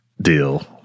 deal